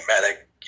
Medic